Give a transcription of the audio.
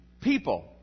people